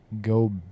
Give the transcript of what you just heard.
go